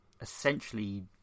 essentially